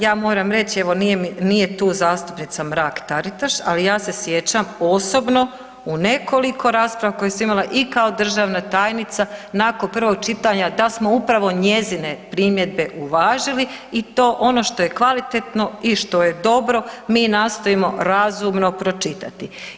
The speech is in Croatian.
Ja moram reći evo nije tu zastupnica Mrak Taritaš, ali ja se sjećam osobno u nekoliko rasprava koje sam imala i kao državna tajnica nakon prvog čitanja da smo upravo njezine primjedbe uvažili i to ono što je kvalitetno i što je dobro, mi nastojimo razumno pročitati.